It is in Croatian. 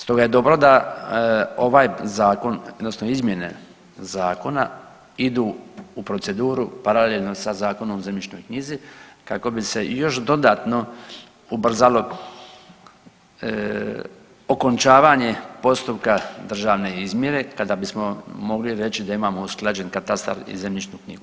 Stoga je dobro da ovaj zakon odnosno izmjene zakona idu u proceduru paralelno sa Zakonom o zemljišnoj knjizi kako bi se i još dodatno ubrzalo okončavanje postupka državne izmjere kada bismo mogli reći da imamo usklađen katastar i zemljišnu knjigu.